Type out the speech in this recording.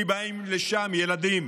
כי באים לשם ילדים